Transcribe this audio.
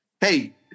Hey